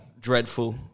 Dreadful